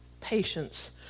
patience